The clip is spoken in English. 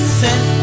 sent